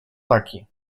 taki